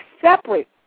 separate